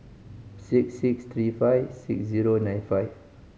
six six three five six zero nine five